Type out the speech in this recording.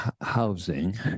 housing